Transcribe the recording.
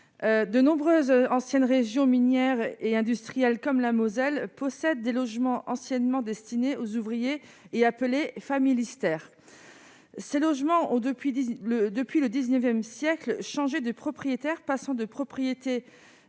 de nombreuses ancienne région minière et industrielle comme la Moselle possèdent des logements anciennement destiné aux ouvriers et appelé Familistère ces logements haut depuis le depuis le XIXe siècle, changer de propriétaire passant de propriétés